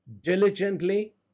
diligently